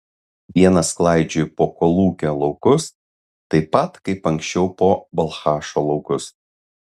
vienas klaidžioju po kolūkio laukus taip pat kaip anksčiau po balchašo laukus